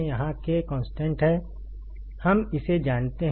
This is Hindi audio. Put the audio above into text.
यहाँ K कॉन्स्टेंट है हम इसे जानते हैं